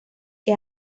que